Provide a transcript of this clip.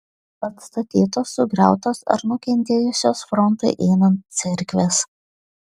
atstatytos sugriautos ar nukentėjusios frontui einant cerkvės